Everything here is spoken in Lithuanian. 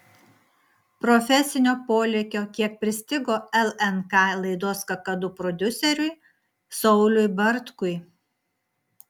profesinio polėkio kiek pristigo lnk laidos kakadu prodiuseriui sauliui bartkui